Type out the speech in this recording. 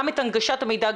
גם את הנגשת המידע,